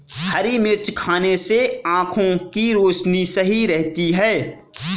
हरी मिर्च खाने से आँखों की रोशनी सही रहती है